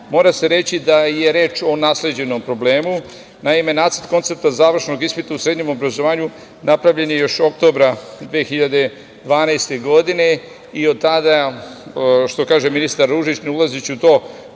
mora se reći da je reč o nasleđenom problemu. Naime, nacrt koncepta završnog ispita u srednjem obrazovanju napravljen je još oktobra 2012. godine i od tada, što kaže ministar Ružić, ne ulazeći u to